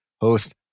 host